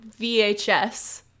vhs